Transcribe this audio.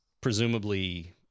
presumably